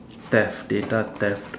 theft data theft